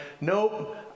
nope